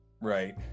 right